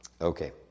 Okay